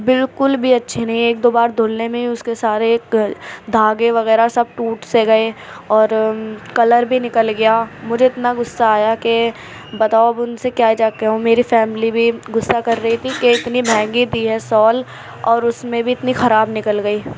بالکل بھی اچھی نہیں ہے ایک دو بار دُھلنے میں ہی اُس کے سارے دھاگے وغیرہ سب ٹوٹ سے گئے اور کلر بھی نکل گیا مجھے اتنا غصّہ آیا کہ بتاؤ اب اُن سے کیا جا کے کہوں میری فیملی بھی غصّہ کر رہی تھی کہ اتنی مہنگی دی ہے سال اور اُس میں بھی اتنی خراب نکل گئی